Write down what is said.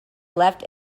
left